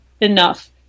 enough